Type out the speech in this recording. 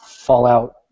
Fallout